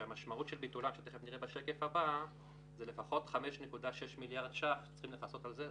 כשהמשמעות של ביטולם היא לפחות 5.6 מיליארד ש"ח שצריכים לכסות על זה,